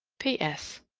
p s.